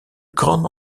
grande